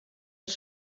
els